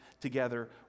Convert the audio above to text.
together